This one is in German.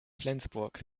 flensburg